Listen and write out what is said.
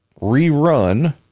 rerun